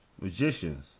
magicians